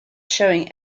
showing